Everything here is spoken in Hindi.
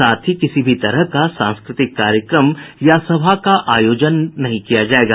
साथ ही किसी भी तरह का सांस्कृतिक कार्यक्रम या सभा का आयोजन भी नहीं किया जाएगा